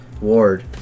ward